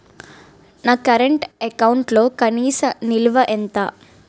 నా కరెంట్ అకౌంట్లో కనీస నిల్వ ఎంత?